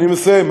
אני מסיים.